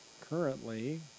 Currently